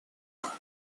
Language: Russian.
пункт